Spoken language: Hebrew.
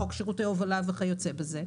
חוק שירותי הובלה וכיוצא באלה.